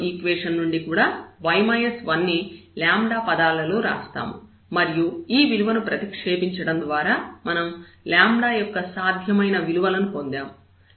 రెండవ ఈక్వేషన్ నుండి కూడా y 1 ని పదాలలో వ్రాస్తాము మరియు ఈ విలువను ప్రతిక్షేపించడం ద్వారా మనం యొక్క సాధ్యమైన విలువలను పొందుతాము